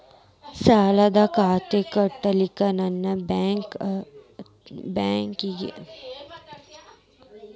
ಸಾಲದು ಕಂತ ಕಟ್ಟಲಿಕ್ಕೆ ನಾನ ಬ್ಯಾಂಕಿಗೆ ಬರಬೇಕೋ, ಇಲ್ಲ ನಿಮ್ಮ ರಿಕವರಿ ಏಜೆಂಟ್ ಹತ್ತಿರ ಕೊಟ್ಟರು ನಡಿತೆತೋ?